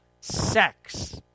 sex